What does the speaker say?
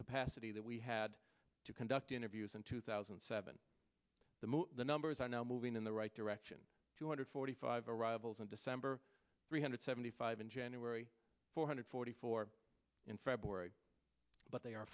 capacity that we had to conduct interviews in two thousand and seven the most the numbers are now moving in the right direction two hundred forty five arrivals and december three hundred seventy five in january four hundred forty four in february but they are